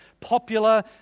popular